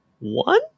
One